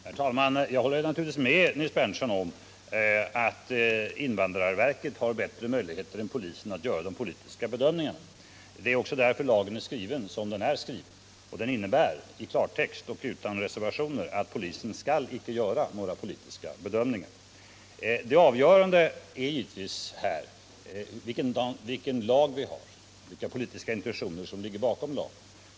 Herr talman! Jag håller naturligtvis med Nils Berndtson om att invandrarverket har bättre möjlighet än polisen att göra de politiska bedömningarna. Det är också därför lagen är skriven som den är skriven, och den innebär i klartext och utan reservationer att polisen icke skall göra några politiska bedömningar. Det avgörande är givetvis här vilken lag vi har, vilka politiska intentioner som ligger bakom lagen.